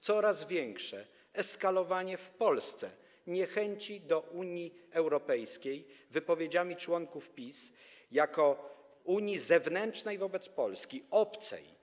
Coraz większe eskalowanie w Polsce niechęci do Unii Europejskiej wypowiedziami członków PiS o Unii jako unii zewnętrznej wobec Polski, obcej.